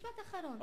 משפט אחרון.